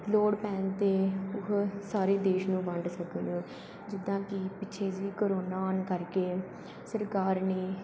ਲੋੜ ਪੈਣ 'ਤੇ ਉਹ ਸਾਰੇ ਦੇਸ਼ ਨੂੰ ਵੰਡ ਸਕਣ ਜਿੱਦਾਂ ਕਿ ਪਿੱਛੇ ਜਿਹੀ ਕਰੋਨਾ ਆਉਣ ਕਰਕੇ ਸਰਕਾਰ ਨੇ